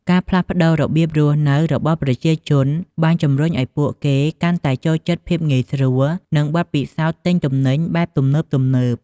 ការផ្លាស់ប្តូររបៀបរស់នៅរបស់ប្រជាជនបានជំរុញឲ្យពួកគេកាន់តែចូលចិត្តភាពងាយស្រួល និងបទពិសោធន៍ទិញទំនិញបែបទំនើបៗ។